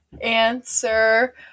answer